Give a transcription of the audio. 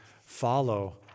follow